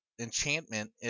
enchantment